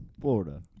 Florida